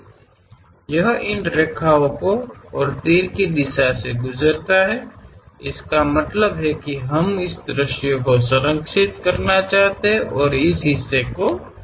यह इन रेखाओं और तीर की दिशा से गुजरता है इसका मतलब है कि हम उस दृश्य को संरक्षित करना चाहते हैं और इस हिस्से को हटाना चाहते हैं